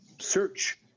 search